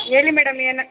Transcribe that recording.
ಹೇಳಿ ಮೇಡಮ್ ಏನು